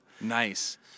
nice